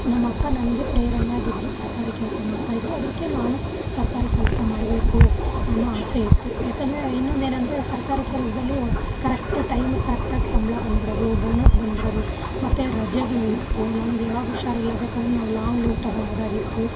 ನಮ್ಮಪ್ಪ ನನಗೆ ಪ್ರೇರಣೆಯಾಗಿದ್ರು ಸರ್ಕಾರಿ ಕೆಲ್ಸ ಮಾಡ್ತಾಯಿದ್ರು ಅದ್ರಕ್ಕೆ ನಾನು ಸರ್ಕಾರಿ ಕೆಲ್ಸ ಮಾಡಬೇಕು ಅನ್ನೋ ಆಸೆ ಇತ್ತು ಯಾಕೆಂದ್ರೆ ಇನ್ನೊಂದೇನೆಂದ್ರೆ ಸರ್ಕಾರಿ ಕೆಲಸ್ದಲ್ಲಿ ಕರೆಕ್ಟ್ ಟೈಮಿಗೆ ಕರೆಕ್ಟಾಗಿ ಸಂಬ್ಳ ಬಂದ್ಬಿಡೋದು ಬೋನಸು ಬಂದ್ಬಿಡೋದು ಮತ್ತು ರಜೆಗಳು ಇತ್ತು ನಮ್ಗೆ ಯಾವಾಗ ಹುಷಾರಿಲ್ಲ ಬೇಕಾದ್ರೆ ನಾವು ಲಾಂಗ್ ಲೀವ್ ತೊಗೊಳ್ಬೋದಾಗಿತ್ತು